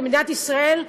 כמדינת ישראל,